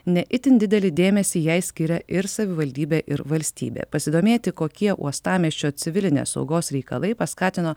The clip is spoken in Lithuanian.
ne itin didelį dėmesį jai skiria ir savivaldybė ir valstybė pasidomėti kokie uostamiesčio civilinės saugos reikalai paskatino